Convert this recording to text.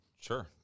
Sure